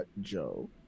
Joe